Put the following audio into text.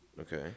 Okay